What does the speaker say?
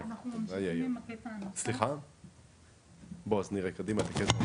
היו במנאלי בין תשעה ל-12 נפגעים קשים כל